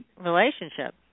relationship